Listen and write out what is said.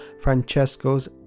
Francesco's